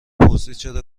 پرسیدچرا